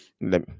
Let